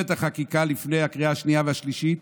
החקיקה לפני הקריאה השנייה והשלישית,